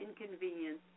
inconvenience